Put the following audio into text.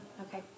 Okay